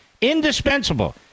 indispensable